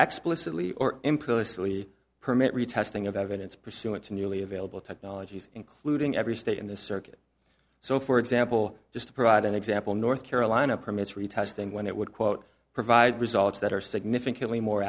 explosively or implicitly permit retesting of evidence pursuant to nearly available technologies including every state in this circuit so for example just to provide an example north carolina permits retesting when it would quote provide results that are significantly more